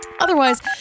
Otherwise